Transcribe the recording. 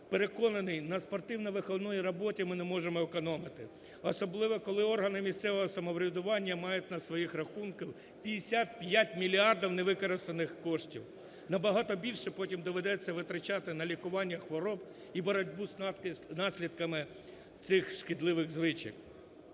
Переконаний, на спортивно-виховній роботі ми не можемо економити, особливо коли органи місцевого самоврядування мають на своїх рахунках 55 мільярдів невикористаних коштів. Набагато більше потім доведеться витрачати на лікування хвороб і боротьбу з наслідками цих шкідливих звичок.